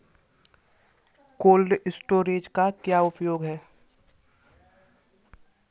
Cold storage का क्या उपयोग है?